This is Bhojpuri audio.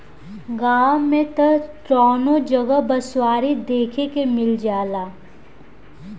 गांव में त कवनो जगह बँसवारी देखे के मिल जाला